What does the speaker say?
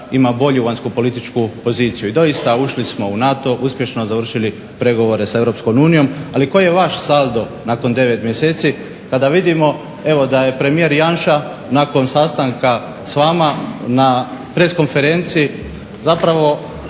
ima bolju vanjskopolitičku poziciju. I doista ušli smo u NATO, uspješno završili progovore s Europskom unijom, ali koji je vaš saldo nakon 9 mjeseci? Pa da vidimo, evo da je premijer Janša nakon sastanka s vama na press konferenciji zapravo